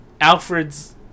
Alfred's